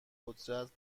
قدرت